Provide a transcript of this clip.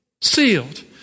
sealed